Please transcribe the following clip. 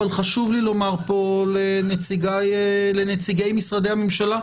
אבל חשוב לי לומר פה לנציגי משרדי הממשלה,